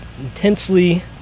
intensely